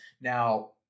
Now